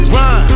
run